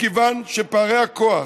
מכיוון שפערי הכוח